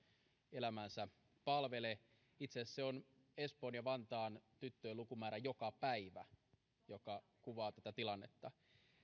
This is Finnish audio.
elämäänsä palvele itse asiassa se on espoon ja vantaan tyttöjen lukumäärä joka päivä mikä kuvaa tätä tilannetta